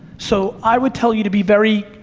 so, i would tell you to be very,